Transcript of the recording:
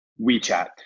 WeChat